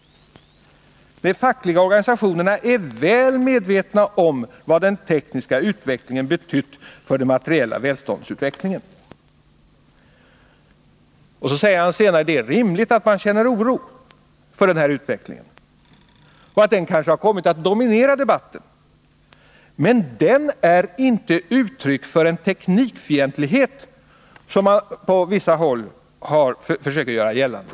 De fackliga organisationerna är väl medvetna om vad den tekniska utvecklingen betytt för den materiella välståndsutvecklingen.” Litet längre fram i sitt föredrag säger han att det inte är orimligt att den oro man känner för utvecklingen kommit att dominera debatten. Men den är inte uttryck för en teknikfientlighet, som man på sina håll försöker göra gällande.